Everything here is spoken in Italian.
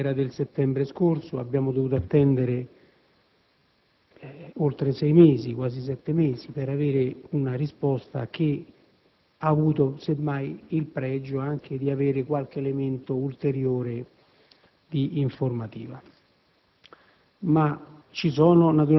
l'interrogazione era del settembre scorso: abbiamo dovuto attendere oltre sei - quasi sette - mesi per avere una risposta che, semmai, presenta anche il pregio di qualche elemento ulteriore di informativa.